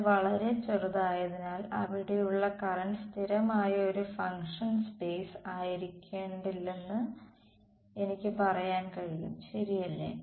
അത് വളരെ ചെറുതായതിനാൽ അവിടെയുള്ള കറന്റ് സ്ഥിരമായ ഒരു ഫംഗ്ഷൻ സ്പേസ് ആയിരിക്കേണ്ടതില്ലെന്ന് എനിക്ക് പറയാൻ കഴിയും ശരിയല്ലേ